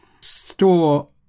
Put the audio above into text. store